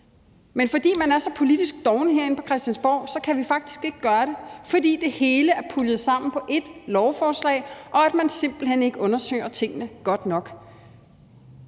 Men fordi man er så politisk doven herinde på Christiansborg, kan vi faktisk ikke gøre det, og det er, fordi det hele er puljet sammen på et lovforslag og man simpelt hen ikke undersøger tingene godt nok.